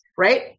right